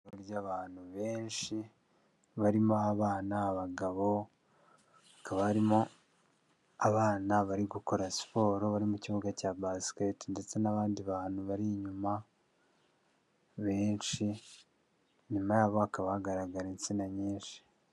Ihuriro ry'abantu benshi barimo abana abagabo hakaba barimo abana bari gukora siporo bari mu kibuga cya baskete, ndetse n'abandi bantu bari inyuma benshi, inyuma yabo hakaba hagaragara insina nyinshi,